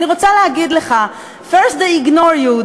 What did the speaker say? אני רוצה להגיד לך:First they ignore you,